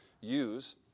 use